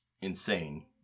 insane